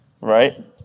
right